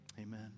amen